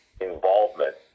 involvement